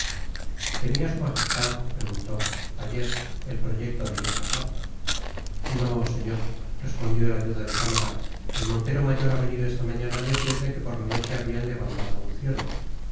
tenia su magestad preguntó ayer el proyecto de ir á cazar no señor respondió el ayuda de cámara el montero mayor ha venido esta mañana á decirle que por la noche habian levantado un ciervo